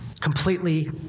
completely